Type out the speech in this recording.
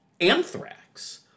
Anthrax